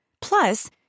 Plus